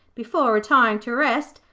before retiring to rest,